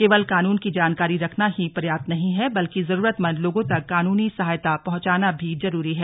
केवल कानून की जानकारी रखना ही पर्याप्त नहीं है बल्कि जरूरतमंद लोगों तक कानूनी सहायता पहुंचाना भी जरूरी है